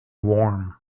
warm